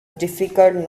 difficult